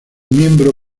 miembro